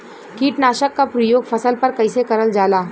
कीटनाशक क प्रयोग फसल पर कइसे करल जाला?